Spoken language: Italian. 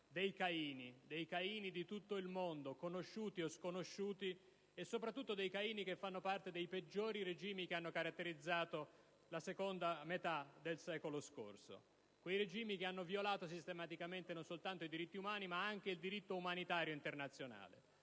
a parlare dei Caini di tutto il mondo, conosciuti o sconosciuti e, soprattutto, dei Caini che fanno parte dei peggiori regimi che hanno caratterizzato la seconda metà del secolo scorso. Mi riferisco ai regimi che hanno violato sistematicamente non solo i diritti umani, ma anche il diritto umanitario internazionale.